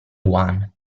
one